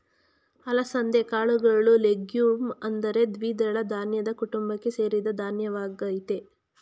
ಅಲಸಂದೆ ಕಾಳುಗಳು ಲೆಗ್ಯೂಮ್ ಅಂದರೆ ದ್ವಿದಳ ಧಾನ್ಯದ ಕುಟುಂಬಕ್ಕೆ ಸೇರಿದ ಧಾನ್ಯವಾಗಯ್ತೆ